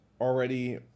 already